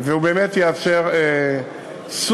על מנת שאפשר יהיה משם לקיים תעופה אזרחית.